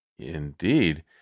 Indeed